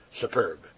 superb